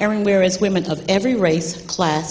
everywhere as women of every race class